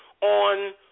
on